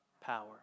Power